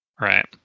Right